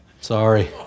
Sorry